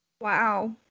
wow